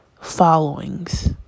followings